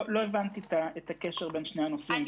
לא הבנתי את הקשר בין שני הנושאים.